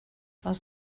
els